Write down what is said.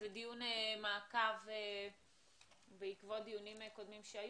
זהו דיון מעקב בעקבות דיונים קודמים שהיו.